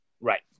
right